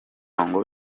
ngo